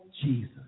Jesus